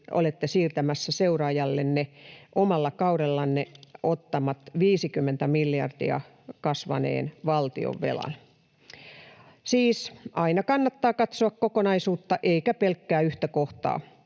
olette siirtämässä seuraajallenne omalla kaudellanne 50 miljardia kasvaneen valtionvelan. Siis aina kannattaa katsoa kokonaisuutta eikä pelkkää yhtä kohtaa.